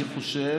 אני חושב